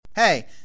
hey